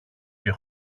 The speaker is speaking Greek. και